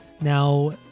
Now